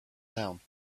down